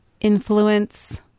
influence